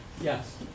Yes